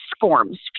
forms